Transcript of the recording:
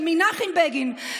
של מנחם בגין,